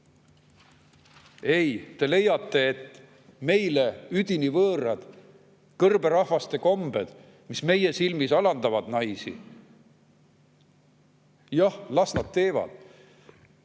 Ei, te leiate, et meile üdini võõrad kõrberahvaste kombed, mis meie silmis alandavad naisi – jah, las nad teevad.